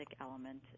element